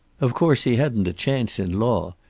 of course he hadn't a chance in law,